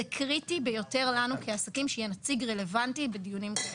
זה קריטי ביותר לנו כעסקים שיהיה נציג רלוונטי בדיונים כאלו.